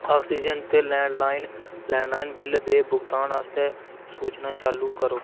oxygen ते landline landline bill दे भुगतान आस्तै सूचनां चालू करो